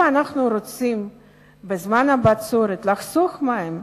אם אנחנו רוצים בזמן הבצורת לחסוך מים,